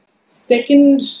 second